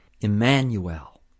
Emmanuel